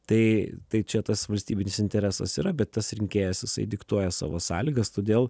tai tai čia tas valstybinis interesas yra bet tas rinkėjas jisai diktuoja savo sąlygas todėl